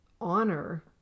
honor